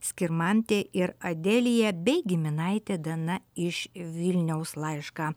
skirmantė ir adelija bei giminaitė dana iš vilniaus laišką